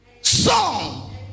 song